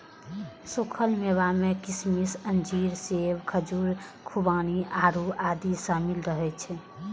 सूखल मेवा मे किशमिश, अंजीर, सेब, खजूर, खुबानी, आड़ू आदि शामिल रहै छै